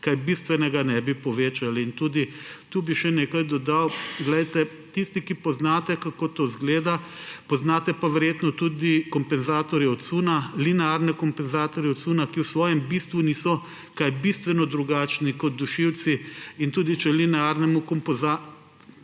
kaj bistvenega ne bi povečali. Tu bi še nekaj dodal. Glejte, tisti, ki poznate, kako to zgleda, poznate pa verjetno tudi kompenzatorje odsuna, linearne kompenzatorje odsuna, ki v svojem bistvu niso kaj bistveno drugačni kot dušilci. In če linearnemu kompenzatorju